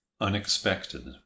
unexpected